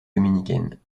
dominicaine